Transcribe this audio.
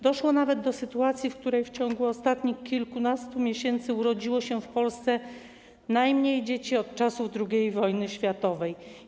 Doszło nawet do sytuacji, w której w ciągu ostatnich kilkunastu miesięcy urodziło się w Polsce najmniej dzieci od czasu II wojny światowej.